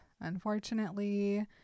unfortunately